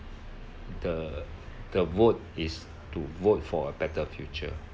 the the vote is to vote for a better future